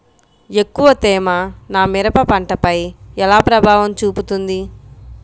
ఎక్కువ తేమ నా మిరప పంటపై ఎలా ప్రభావం చూపుతుంది?